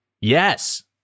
Yes